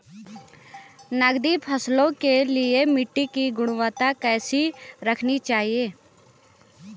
नकदी फसलों के लिए मिट्टी की गुणवत्ता कैसी रखनी चाहिए?